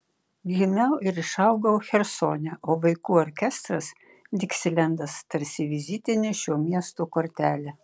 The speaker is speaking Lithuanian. gimiau ir išaugau chersone o vaikų orkestras diksilendas tarsi vizitinė šio miesto kortelė